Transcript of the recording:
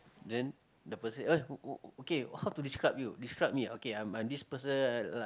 then the person eh okay how to describe you describe me okay I'm I'm this person like